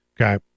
Okay